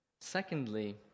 Secondly